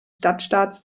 stadtstaats